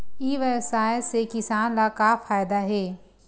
ई व्यवसाय से किसान ला का फ़ायदा हे?